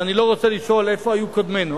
ואני לא רוצה לשאול איפה היו קודמינו.